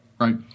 Right